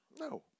No